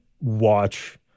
watch